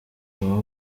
aba